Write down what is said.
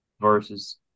versus